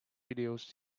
videos